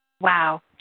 Wow